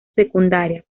secundaria